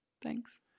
Thanks